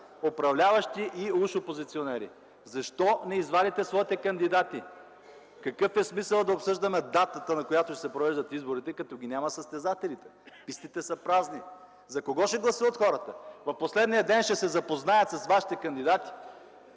управляващи и уж опозиционери? Защо не извадите своите кандидати? Какъв е смисълът да обсъждаме датата, на която ще се провеждат изборите, като ги няма състезателите? Пистите са празни. За кого ще гласуват хората? В последния ден ще се запознаят с вашите кандидати?!